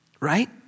Right